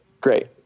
Great